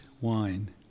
wine